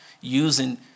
using